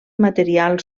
material